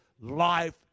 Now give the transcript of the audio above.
life